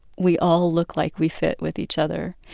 we all look like we fit with each other.